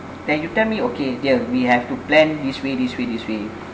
then you tell me okay dear we have to plan this way this way this way